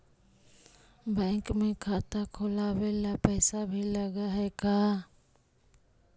Bank में खाता खोलाबे ल पैसा भी लग है का?